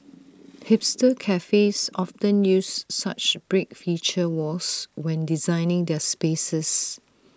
hipster cafes often use such brick feature walls when designing their spaces